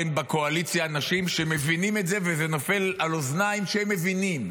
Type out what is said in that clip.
אין בקואליציה אנשים שמבינים את זה וזה נופל על אוזניים של מבינים.